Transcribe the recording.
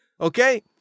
okay